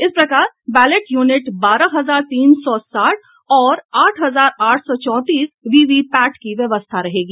इस प्रकार ballot unit बारह हजार तीन सौ साठ और आठ हजार आठ सौ चौंतीस वीवीपैट की व्यवस्था रहेगी